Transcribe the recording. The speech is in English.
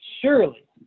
Surely